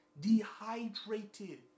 Dehydrated